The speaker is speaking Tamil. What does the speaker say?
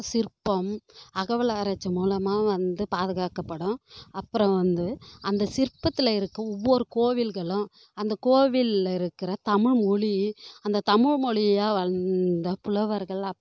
சிற்பம் அகவல் ஆராய்ச்சி மூலமாக வந்து பாதுகாக்கப்படும் அப்றம் வந்து அந்த சிற்பத்தில் இருக்க ஒவ்வொரு கோவில்களும் அந்த கோவிலில் இருக்கிற தமிழ்மொழி அந்த தமிழ்மொழியாக வந்த புலவர்கள்